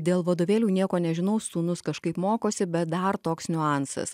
dėl vadovėlių nieko nežinau sūnus kažkaip mokosi bet dar toks niuansas